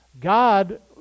God